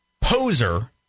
poser